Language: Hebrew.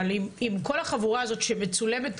אבל אם כל החבורה הזאת שמצולמת,